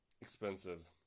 expensive